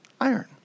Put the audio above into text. iron